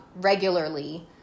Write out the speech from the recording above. regularly